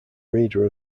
reader